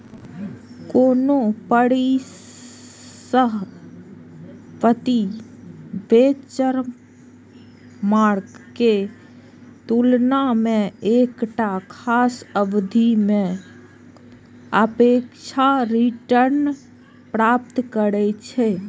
कोनो परिसंपत्ति बेंचमार्क के तुलना मे एकटा खास अवधि मे सापेक्ष रिटर्न प्राप्त करै छै